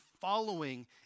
following